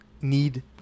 need